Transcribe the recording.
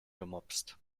gemopst